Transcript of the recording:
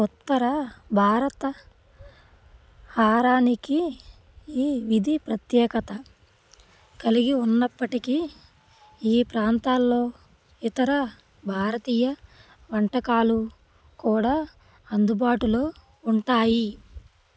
ఉత్తర భారత ఆహారానికి ఈ వీధి ప్రత్యేకత కలిగి ఉన్నప్పటికీ ఈ ప్రాంతాల్లో ఇతర భారతీయ వంటకాలు కూడా అందుబాటులో ఉంటాయి